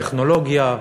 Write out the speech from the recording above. טכנולוגיה,